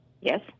Yes